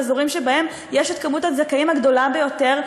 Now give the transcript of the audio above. באזורים שבהם מספר הזכאים הוא הגדול ביותר,